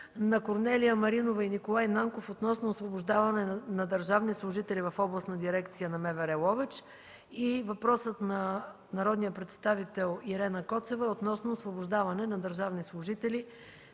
на Корнелия Маринова и Николай Нанков е относно освобождаване на държавни служители в Областна дирекция на МВР – Ловеч. И въпросът на народния представител Ирена Коцева е относно освобождаване на държавни служители